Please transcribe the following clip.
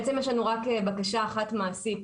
בעצם יש לנו רק בקשה אחת מעשית.